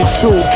two